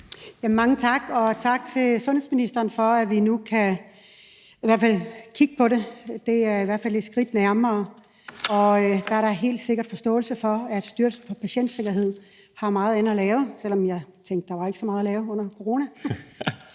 Mange tak, og tak til sundhedsministeren for, at vi nu i hvert fald kan kigge på det. Det er i hvert fald et skridt nærmere. Og der er da helt sikkert forståelse for, at Styrelsen for Patientsikkerhed har meget andet at lave, selv om jeg tænkte, at der ikke var så meget at lave under corona,